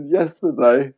yesterday